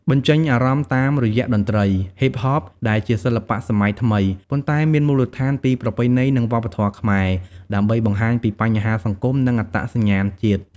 បញ្ចេញអារម្មណ៍ តាមរយៈតន្ត្រី ហ៊ីបហបដែលជាសិល្បៈសម័យថ្មី ប៉ុន្តែមានមូលដ្ឋានពីប្រពៃណី និងវប្បធម៌ខ្មែរ ដើម្បីបង្ហាញពីបញ្ហាសង្គម និងអត្តសញ្ញាណជាតិ។